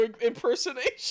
impersonation